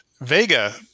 Vega